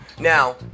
Now